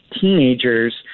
teenagers